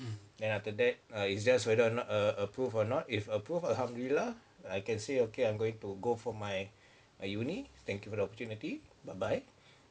then after that err it's just whether or not a~ approve or not if approve I alhamdullilah I can say okay I'm going to go for my uni thank you for the opportunity bye bye